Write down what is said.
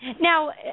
Now